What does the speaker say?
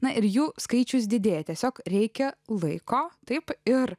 na ir jų skaičius didėja tiesiog reikia laiko taip ir